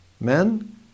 Men